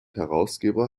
herausgeber